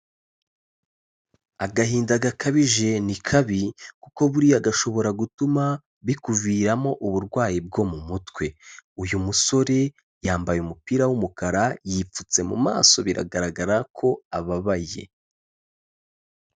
Agahinda gakabije ni kabi, kuko buriya gashobora gutuma bikuviramo uburwayi bwo mu mutwe, uyu musore yambaye umupira w'umukara, yipfutse mu maso biragaragara ko ababaye.